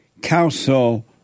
council